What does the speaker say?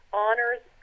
honors